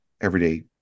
everyday